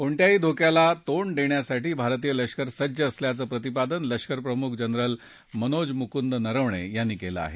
कोणत्याही धोक्याला तोंड देण्यासाठी भारतीय लष्कर सज्ज असल्याचं प्रतिपादन लष्कर प्रमुख जनरल मनोज मुकूंद नरवणे यांनी केलं आहे